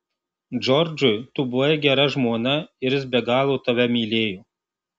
džordžui tu buvai gera žmona ir jis be galo tave mylėjo